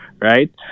right